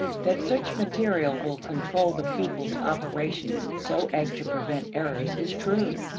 that such material will control the pupil's operations so as to prevent errors is true.